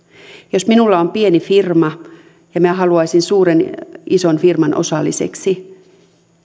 jos minulla on pieni firma ja minä haluaisin isoon firmaan osalliseksi